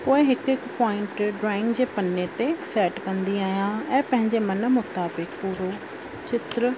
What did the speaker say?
पोइ हिकु हिकु पॉइंट ड्रॉइंग जे पने ते सैट कंदी आहियां ऐं पंहिंजे मन मुताबिक पूरो चित्र